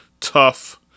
tough